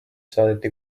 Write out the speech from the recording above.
saadeti